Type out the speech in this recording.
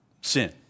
sin